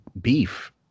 beef